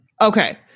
Okay